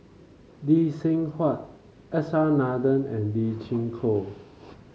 Lee Seng Huat S R Nathan and Lee Chin Koon